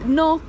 no